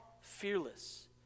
fearless